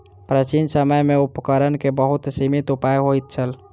प्राचीन समय में उपकरण के बहुत सीमित उपाय होइत छल